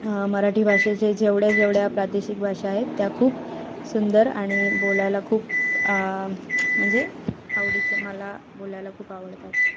मराठी भाषेचे जेवढ्या जेवढ्या प्रादेशिक भाषा आहेत त्या खूप सुंदर आणि बोलायला खूप म्हणजे आवडीचे मला बोलायला खूप आवडतात